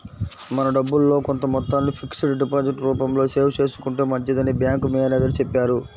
మన డబ్బుల్లో కొంత మొత్తాన్ని ఫిక్స్డ్ డిపాజిట్ రూపంలో సేవ్ చేసుకుంటే మంచిదని బ్యాంకు మేనేజరు చెప్పారు